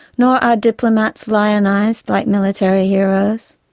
nor are diplomats lionised like military heroes.